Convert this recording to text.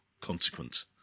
consequence